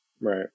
Right